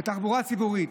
בתחבורה ציבורית,